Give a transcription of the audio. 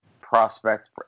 prospect